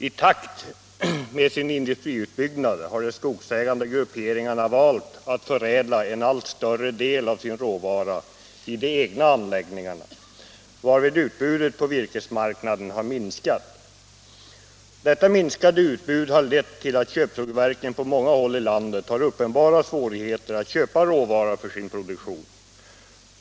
I takt med sin industriutbyggnad har de skogsägande grupperingarna valt att förädla en allt större del av sin råvara i de egna anläggningarna, varvid utbudet på virkesmarknaden har minskat. Detta minskade utbud har lett till att köpsågverken på många håll i landet har uppenbara svårigheter att köpa råvara för sin produktion.